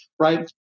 Right